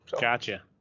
Gotcha